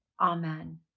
Amen